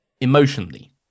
emotionally